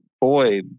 boy